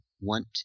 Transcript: want